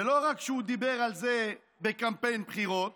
ולא רק שהוא דיבר על זה בקמפיין בחירות,